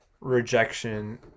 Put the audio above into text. rejection